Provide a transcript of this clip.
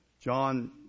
John